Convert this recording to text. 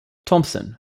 thompson